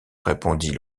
répondit